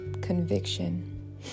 conviction